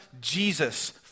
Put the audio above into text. Jesus